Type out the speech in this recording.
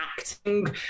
acting